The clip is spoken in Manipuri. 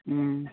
ꯎꯝ